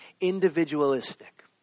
individualistic